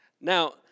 Now